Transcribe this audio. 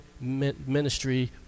ministry